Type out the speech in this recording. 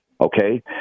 Okay